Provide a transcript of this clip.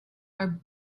are